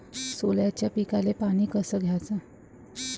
सोल्याच्या पिकाले पानी कस द्याचं?